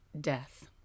death